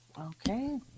okay